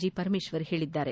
G Parameshwar ಹೇಳಿದ್ದಾರೆ